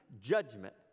judgment